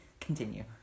Continue